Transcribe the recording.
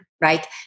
right